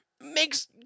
makes